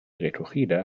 recogida